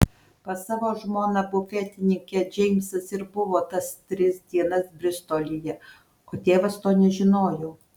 pas savo žmoną bufetininkę džeimsas ir buvo tas tris dienas bristolyje o tėvas to nežinojo